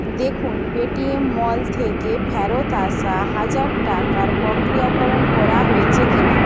দেখুন Paytm Mall থেকে ফেরত আসা হাজার টাকার প্রক্রিয়াকরণ করা হয়েছে কি না